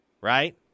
right